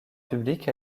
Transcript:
public